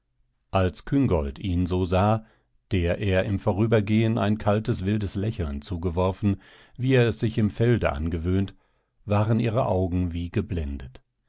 als küngolt ihn so sah der er im vorübergehn ein kaltes wildes lächeln zugeworfen wie er es sich im felde angewöhnt waren ihre augen wie geblendet